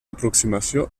aproximació